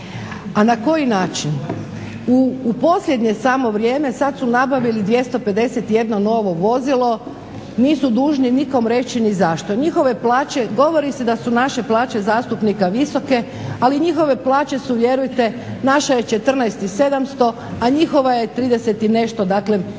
A na koji način? U posljednje samo vrijeme, sad su nabavili 251 novo vozilo, nisu dužni nikom reći ni zašto. Njihove plaće, govori se da su naše plaće zastupnika visoke ali njihove plaće su, vjerujte naša je 14 700, a njihova je 30 i nešto. Dakle,